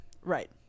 Right